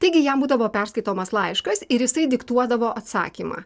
taigi jam būdavo perskaitomas laiškas ir jisai diktuodavo atsakymą